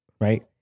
right